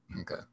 Okay